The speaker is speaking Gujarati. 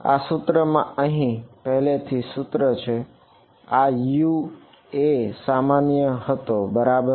આ સૂત્ર માં અહીં પહેલાની સૂત્ર છે આ U એ સામાન્ય હતો બરાબર